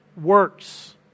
works